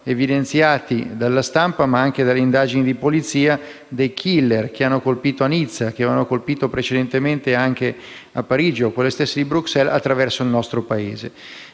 evidenziati dalla stampa, ma anche dalle indagini di polizia - dei *killer* che hanno colpito a Nizza, che hanno colpito precedentemente a Parigi, o di quegli stessi di Bruxelles, attraverso il nostro Paese.